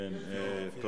אין דיון?